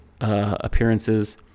appearances